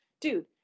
dude